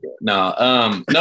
no